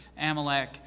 Amalek